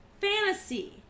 Fantasy